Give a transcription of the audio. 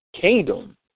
kingdom